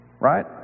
right